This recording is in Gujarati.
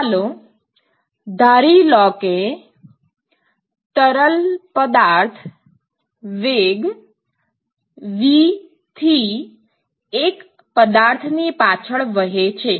ચાલો ધારી લો કે તરલ પદાર્થ વેગ v થી એક પદાર્થ ની પાછળ વહે છે